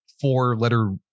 four-letter